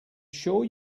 sure